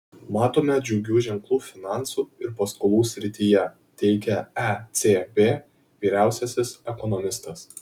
matome džiugių ženklų finansų ir paskolų srityje teigia ecb vyriausiasis ekonomistas